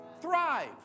thrive